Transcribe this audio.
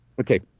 Okay